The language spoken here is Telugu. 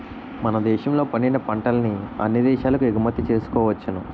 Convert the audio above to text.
మన దేశంలో పండిన పంటల్ని అన్ని దేశాలకు ఎగుమతి చేసుకోవచ్చును